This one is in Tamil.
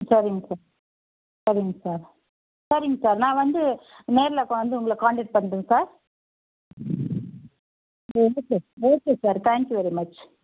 சரிங்க சார் சரிங்க சார் சரிங்க சார் நான் வந்து நேரில் வந்து உங்களை கான்டக்ட் பண்ணுறேன் sir okay sir thank you very much